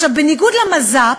בניגוד למז"פ,